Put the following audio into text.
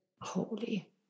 Holy